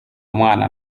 umwana